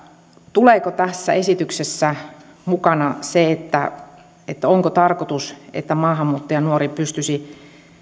tuleeko tässä esityksessä mukaan se ja onko tarkoitus että maahanmuuttajanuori pystyisi